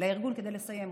לארגון כדי לסיים אותו.